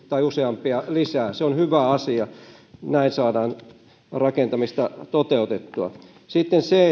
tai useampia lisää siihen rakennukseen se on hyvä asia näin saadaan rakentamista toteutettua sitten se